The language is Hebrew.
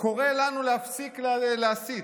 קורא לנו להפסיק להסית.